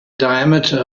diameter